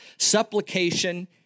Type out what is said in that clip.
Supplication